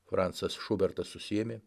francas šubertas susiėmė